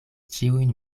ĉiujn